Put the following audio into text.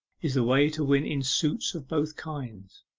is the way to win in suits of both kinds.